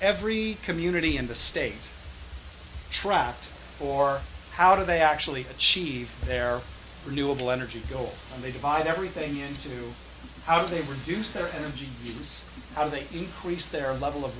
every community in the state tracked for how do they actually achieve their renewable energy goal and they divide everything into how they reduce their energy needs how they increase their level of